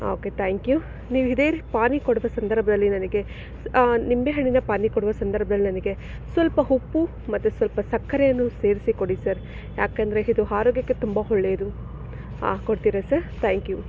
okay thank you ನೀವು ಇದೆ ಪಾನಿ ಕೊಡೊ ಸಂದರ್ಭದಲ್ಲಿ ನನಗೆ ನಿಂಬೆ ಹಣ್ಣಿನ ಪಾನಿ ಕೊಡುವ ಸಂದರ್ಭದಲ್ಲಿ ನನಗೆ ಸ್ವಲ್ಪ ಉಪ್ಪು ಮತ್ತು ಸ್ವಲ್ಪ ಸಕ್ಕರೆಯನ್ನು ಸೇರಿಸಿ ಕೊಡಿ ಸರ್ ಯಾಕಂದರೆ ಇದು ಆರೋಗ್ಯಕ್ಕೆ ತುಂಬ ಒಳ್ಳೇದು ಹಾಂ ಕೊಡ್ತೀರಾ ಸರ್ ಥ್ಯಾಂಕ್ ಯು